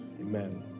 Amen